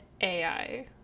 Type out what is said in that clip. AI